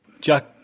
Jack